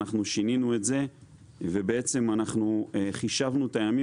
אנחנו שינינו את זה ובעצם חישבנו את הימים